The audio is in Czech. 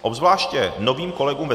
Obzvláště novým kolegům ve